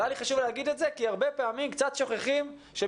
היה לי חשוב להגיד את זה כי הרבה פעמים שוכחים שמכללות